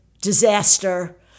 disaster